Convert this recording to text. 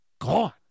gone